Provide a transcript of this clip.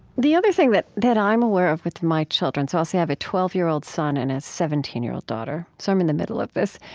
the other thing that that i'm aware of with my children so i'll say i have a twelve year old son and a seventeen year old daughter, so i'm in the middle of this.